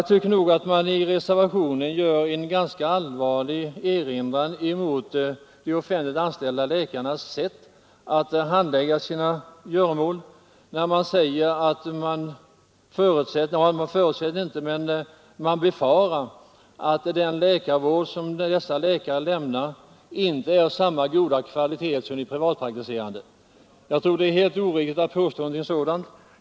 I reservationen gör man enligt min mening en ganska allvarlig erinran mot de offentligt anställda läkarnas sätt att handlägga sina göromål, när man befarar att den läkarvård som dessa läkare lämnar inte är av samma goda kvalitet som de privatpraktiserande läkarnas. Jag tror att det är helt orimligt att påstå något sådant.